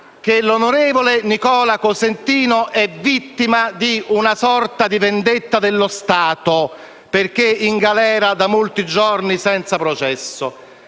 che l'onorevole Nicola Cosentino è vittima di una sorta di vendetta dello Stato, perché in galera da molti giorni senza processo.